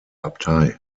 abtei